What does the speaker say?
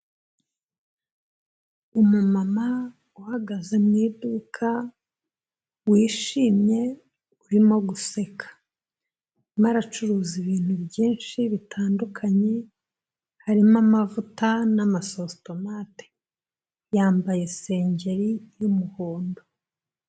Umumama uhagaze mu iduka wishimye, urimo guseka arimo aracuruza ibintu byinshi bitandukanye, harimo amavuta n'amasositomate, yambaye isengeri y'umuhondo.